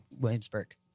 Williamsburg